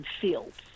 fields